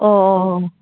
अ अ अ